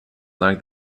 like